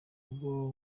ubwo